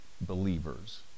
believers